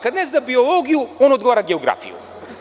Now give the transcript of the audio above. Kad ne zna biologiju, on odgovara geografiju.